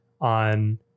on